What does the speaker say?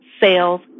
Sales